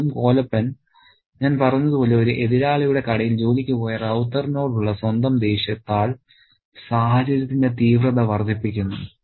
വീണ്ടും കോലപ്പൻ ഞാൻ പറഞ്ഞതുപോലെ ഒരു എതിരാളിയുടെ കടയിൽ ജോലിക്ക് പോയ റൌത്തറിനോടുള്ള സ്വന്തം ദേഷ്യത്താൽ സാഹചര്യത്തിന്റെ തീവ്രത വർദ്ധിപ്പിക്കുന്നു